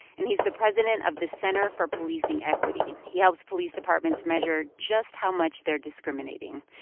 and he's the president of the center for policing equity. he helps police departments measure just how much they're discriminating.